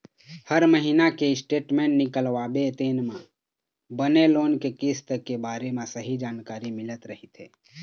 हर महिना के स्टेटमेंट निकलवाबे तेन म बने लोन के किस्त के बारे म सहीं जानकारी मिलत रहिथे